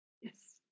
Yes